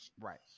right